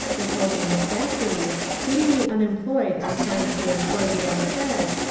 the closing of factories, feeding the unemployed and trying to employ the unfed,